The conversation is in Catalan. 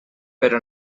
però